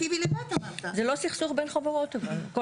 זה לא סכסוך בין חברות אבל.